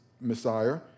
Messiah